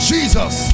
Jesus